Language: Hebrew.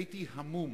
הייתי המום